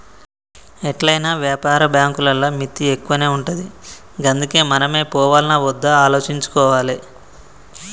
ఎట్లైనా వ్యాపార బాంకులల్ల మిత్తి ఎక్కువనే ఉంటది గందుకే మనమే పోవాల్నా ఒద్దా ఆలోచించుకోవాలె